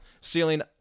Ceiling